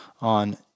on